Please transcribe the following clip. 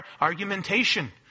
argumentation